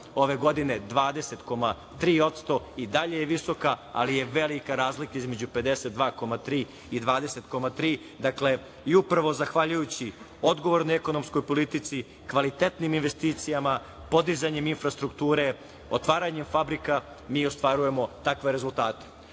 ove godine, 20,3%. I dalje je visoka, ali je velika razlika između 52,3 i 20,3. Upravo zahvaljujući odgovornoj ekonomskoj politici, kvalitetnim investicijama, podizanjem infrastrukture, otvaranjem fabrika, mi ostvarujemo takve rezultate. Što